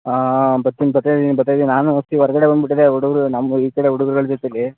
ಹಾಂ ಬರ್ತೀನ್ ಬರ್ತಾಯಿದೀನಿ ಬರ್ತಾಯಿದೀನ್ ನಾನು ವಸಿ ಹೊರ್ಗಡೆ ಬಂದ್ಬಿಟಿದ್ದೆ ಹುಡುಗರು ನಮ್ಮ ಈ ಕಡೆ ಹುಡುಗ್ರುಳು ಜೊತೇಲಿ